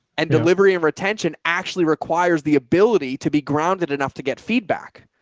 and delivery and retention actually requires the ability to be grounded enough to get feedback.